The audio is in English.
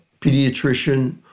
pediatrician